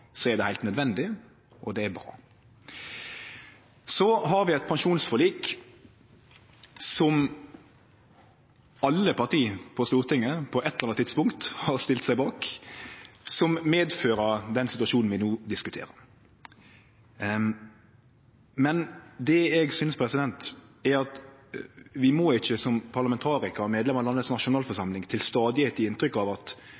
Så har vi eit pensjonsforlik som alle parti på Stortinget på eitt eller anna tidspunkt har stilt seg bak, som medfører den situasjonen vi no diskuterer. Men det eg synest, er at vi må ikkje som parlamentarikarar, som medlemer av landets nasjonalforsamling, stadig gje inntrykk av at